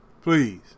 please